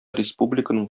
республиканың